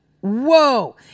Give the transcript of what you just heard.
whoa